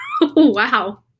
wow